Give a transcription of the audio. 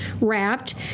wrapped